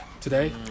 today